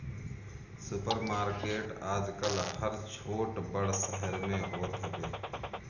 super market आजकल हर छोट बड़ शहर में होत हवे